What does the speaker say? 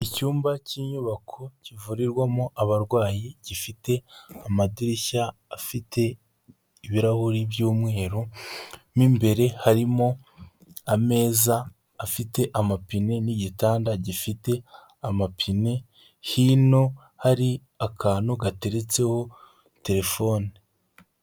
Icyumba cy'inyubako kivurirwamo abarwayi gifite amadirishya afite ibirahuri by'umweru, mo imbere harimo ameza afite amapine, n'igitanda gifite amapine, hino hari akantu gateretseho telefone.